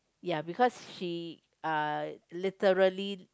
ya because she uh literally